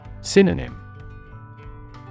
Synonym